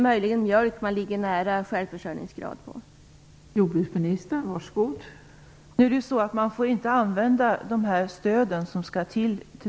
Möjligen ligger man nära en självförsörjning när det gäller mjölk.